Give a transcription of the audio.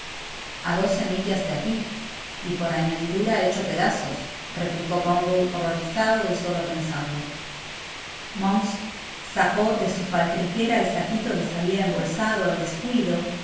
a doce millas de aqui y por añadidura hecho pedazos replicó bumble horrorizado de solo pensarlo monks sacó de su faltriquera el saquito que se habia embolsado al descuido